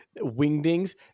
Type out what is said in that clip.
wingdings